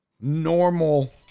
normal